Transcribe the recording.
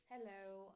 Hello